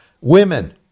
Women